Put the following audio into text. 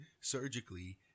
surgically